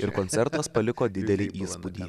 ir koncertas paliko didelį įspūdį